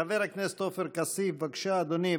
חבר הכנסת עופר כסיף, בבקשה, אדוני.